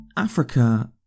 Africa